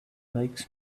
makes